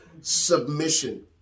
submission